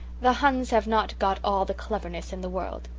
the huns have not got all the cleverness in the world.